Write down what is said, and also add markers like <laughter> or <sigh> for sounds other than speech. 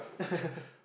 <laughs>